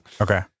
Okay